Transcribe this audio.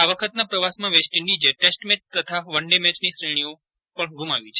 આ વખતના પ્રવાસમાં વેસ્ટઇન્ડિઝે ટેસ્ટ મેચ તથા વન ડે મેચની શ્રેષ્ઠી પજ્ઞ ગ્રુમાવી છે